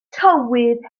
tywydd